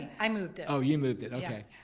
and i moved it. oh, you moved it, okay,